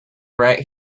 right